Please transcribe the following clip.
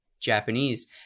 Japanese